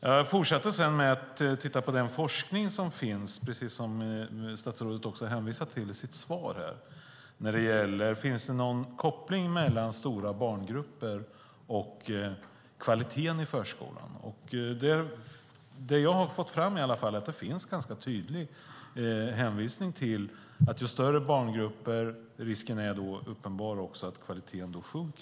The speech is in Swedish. Jag tittade sedan på den forskning som finns, precis som statsrådet hänvisade till i sitt svar. Finns det någon koppling mellan stora barngrupper och kvaliteten i förskolan? Det som jag har fått fram är att ju större barngrupperna är, desto större är risken att kvaliteten sjunker.